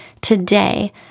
today